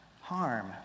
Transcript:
harm